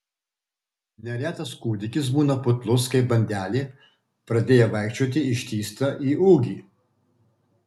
neretas kūdikis būna putlus kaip bandelė pradėję vaikščioti ištįsta į ūgį